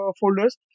folders